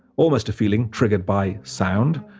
almost a feeling triggered by sound.